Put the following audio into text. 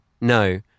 No